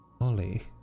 Ollie